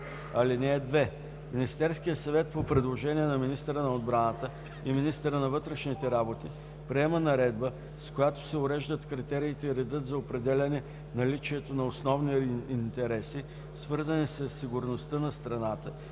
енергия. (2) Министерският съвет по предложение на министъра на отбраната и министъра на вътрешните работи приема наредба, с която се уреждат критериите и редът за определяне наличието на основни интереси, свързани със сигурността на страната